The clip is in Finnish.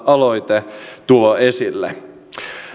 aloite tuo esille